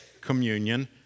communion